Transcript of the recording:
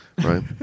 right